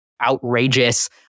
outrageous